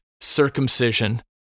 circumcision